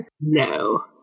No